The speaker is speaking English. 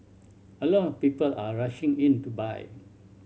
a lot of people are rushing in to buy